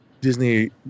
Disney